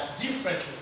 differently